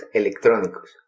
electrónicos